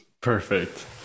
perfect